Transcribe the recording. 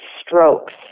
strokes